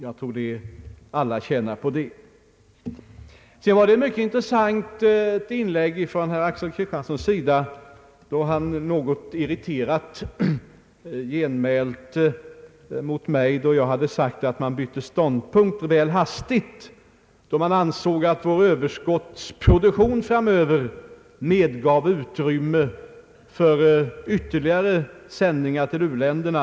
Jag tror att alla tjänar på det. Herr Axel Kristiansson gjorde ett mycket intressant inlägg och genmälde något irriterat att jag sagt att reservanterna väl hastigt hade bytt ståndpunkt då vi anser att vår överskottsproduktion av spannmål framöver medger utrymme för ytterligare sändningar till uländerna.